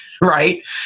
right